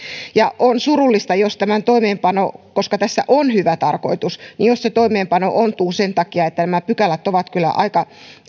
on surullista jos tämän toimeenpano koska tässä on hyvä tarkoitus ontuu sen takia että nämä pykälät ovat kyllä aika